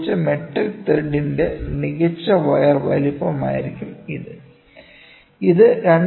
ഉപയോഗിച്ച മെട്രിക് ത്രെഡിന്റെ മികച്ച വയർ വലുപ്പമായിരിക്കും ഇത്